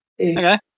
Okay